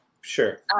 sure